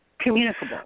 Communicable